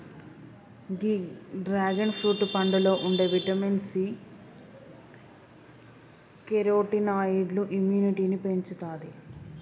గీ dragon fruit పండులో ఉండే vitamin C, కెరోటినాయిడ్లు ఇమ్యునిటీని పెంచుతాయి